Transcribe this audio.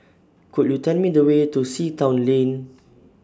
Could YOU Tell Me The Way to Sea Town Lane